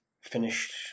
finished